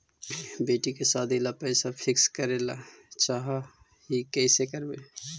बेटि के सादी ल पैसा फिक्स करे ल चाह ही कैसे करबइ?